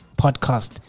podcast